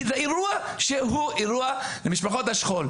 כי זה אירוע שהוא אירוע למשפחות השכול.